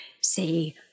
Say